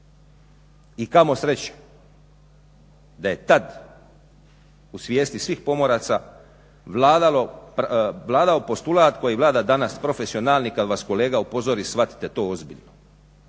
I kamo sreće da je tad u svijesti svih pomoraca vladao postulat koji vlada danas, profesionalni, kad vas kolega upozori shvatite to ozbiljno.